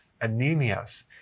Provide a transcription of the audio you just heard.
anemias